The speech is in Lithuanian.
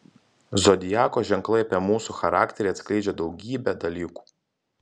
zodiako ženklai apie mūsų charakterį atskleidžią daugybę dalykų